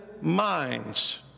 minds